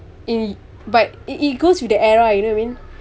it but it it goes with the era you know what I mean